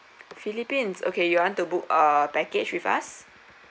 philippines okay you want to book uh package with us